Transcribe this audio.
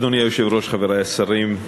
אדוני היושב-ראש, חברי השרים,